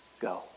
Go